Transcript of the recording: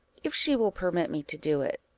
if she will permit me to do it.